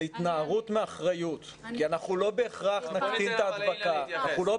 זה התנערות מאחריות כי אנחנו לא בהכרח נקטין את ההדבקה.